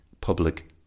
public